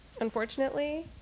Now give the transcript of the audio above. unfortunately